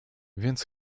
więc